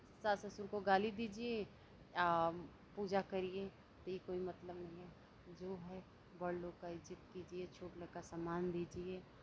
सास ससुर को गाली दीजिये आ पूजा करिए तो ये कोई मतलब नहीं है जो है बड़ लोग का इज़्ज़त कीजिये छोट लोग का सम्मान दीजिये